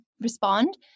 respond